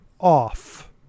off